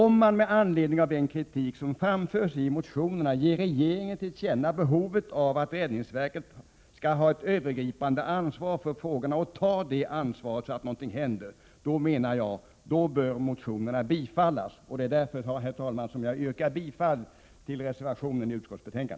Om man med anledning av den kritik som framförs i motionerna ger regeringen till känna behovet av att räddningsverket skall ha ett övergripande ansvar för dessa frågor — och tar ansvar för att någonting händer — då bör motionerna bifallas. Därför, herr talman, yrkar jag bifall till reservationen.